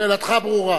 שאלתך ברורה.